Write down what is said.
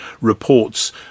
reports